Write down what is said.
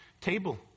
Table